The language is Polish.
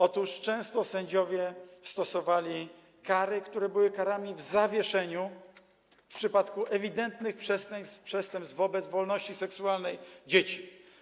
Otóż często sędziowie stosowali kary, które były karami w zawieszeniu w przypadku ewidentnych przestępstw wobec wolności seksualnej dzieci.